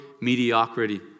mediocrity